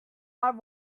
are